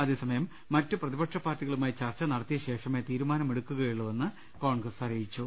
അതേസമയം മറ്റു പ്രതിപക്ഷ പാർട്ടികളുമായി ചർച്ച നടത്തിയശേ ഷമേ തീരുമാനമെടുക്കുകയുള്ളൂവെന്ന് കോൺഗ്രസ് അറിയിച്ചു